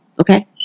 Okay